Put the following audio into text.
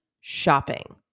shopping